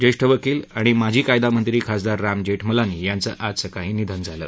ज्येष्ठ वकील आणि माजी कायदामंत्री खासदार राम जेठमलानी यांचं आज सकाळी निधन झालं